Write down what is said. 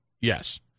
Yes